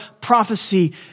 prophecy